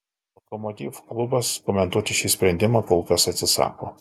lokomotiv klubas komentuoti šį sprendimą kol kas atsisako